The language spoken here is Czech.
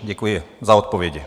Děkuji za odpovědi.